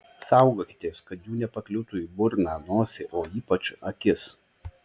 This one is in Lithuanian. saugokitės kad jų nepakliūtų į burną nosį o ypač į akis